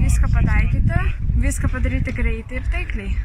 viską pataikyti viską padaryti greitai ir taikliai